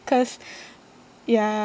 cause ya